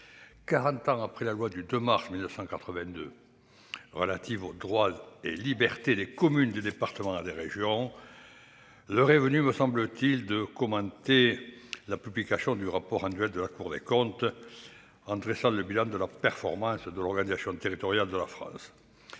ans après la loi du 2 mars 1982 relative aux droits et libertés des communes, des départements et des régions, nous sommes invités à commenter la publication du rapport annuel de la Cour des comptes, qui dresse le bilan de la performance de l'organisation territoriale de la France.